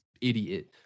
idiot